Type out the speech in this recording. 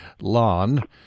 lawn